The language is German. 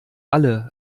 alle